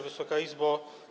Wysoka Izbo!